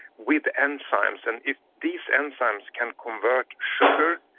with enzymes, and if these enzymes can convert sugar,